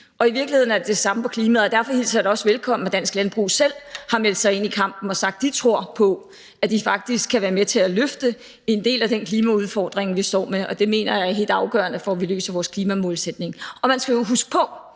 I virkeligheden er det det samme på klimaområdet, og derfor hilser jeg det også velkommen, at dansk landbrug selv har meldt sig ind i kampen og sagt, at de tror på, at de faktisk kan være med til at løfte en del af den klimaudfordring, vi står med. Og det mener jeg er helt afgørende for, at vi når vores klimamålsætning. Og man skal huske på,